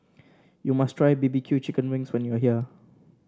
you must try B B Q Chicken Wings when you are here